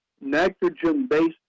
nitrogen-based